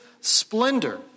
splendor